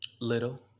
little